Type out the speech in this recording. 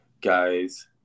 guys